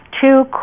two